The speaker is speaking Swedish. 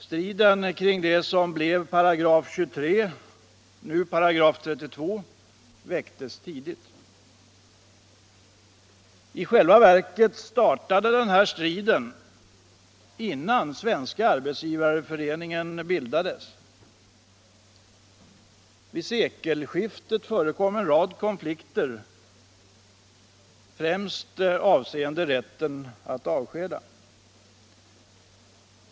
Striden kring det som blev § 23, nu § 32, väcktes tidigt. I själva verket startade denna strid innan Svenska arbetsgivareföreningen bildades. Vid sekelskiftet förekom en rad konflikter, främst avseende rätten att avskeda.